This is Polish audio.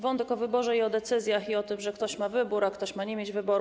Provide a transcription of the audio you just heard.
Wątek o wyborze, o decyzjach i o tym, że ktoś ma wybór, a ktoś ma nie mieć wyboru.